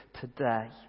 today